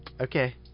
Okay